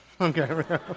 okay